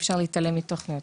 אי-אפשר להתעלם מתוכניות.